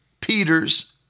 Peter's